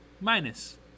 Minus